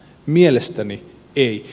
mielestäni ei